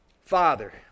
Father